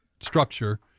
structure